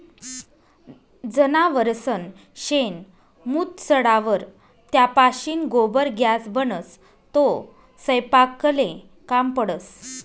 जनावरसनं शेण, मूत सडावर त्यापाशीन गोबर गॅस बनस, तो सयपाकले काम पडस